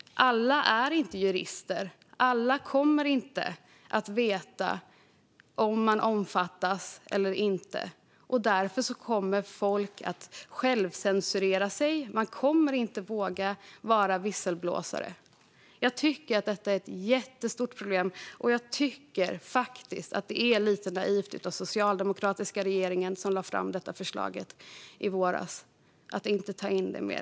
Alla är inte jurister. Alla kommer inte att veta om de omfattas eller inte. Därför kommer människor att självcensurera sig. De kommer inte att våga vara visselblåsare. Det är ett jättestort problem. Det var faktiskt lite naivt av den socialdemokratiska regeringen som lade fram detta förslag i våras att inte ta in det mer.